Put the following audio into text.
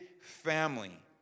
family